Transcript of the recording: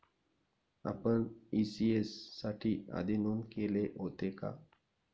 आपण इ.सी.एस साठी आधी नोंद केले होते का?